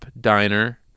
diner